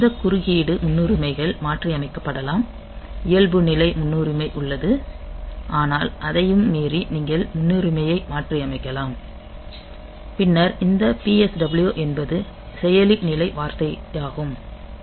இந்த குறுக்கீடு முன்னுரிமைகள் மாற்றியமைக்கப்படலாம் இயல்புநிலை முன்னுரிமை உள்ளது ஆனால் அதையும் மீறி நீங்கள் முன்னுரிமையை மாற்றியமைக்கலாம் பின்னர் இந்த PSW என்பது செயலி நிலை வார்த்தையாகும்